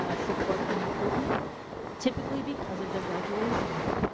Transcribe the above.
ah support, and improvement typically because of their graduation rate.